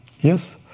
yes